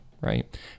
Right